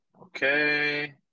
okay